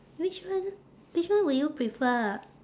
which one which one would you prefer